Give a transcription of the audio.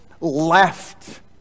left